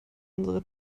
unsere